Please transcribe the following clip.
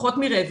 פחות מרבע.